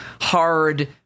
hard